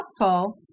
helpful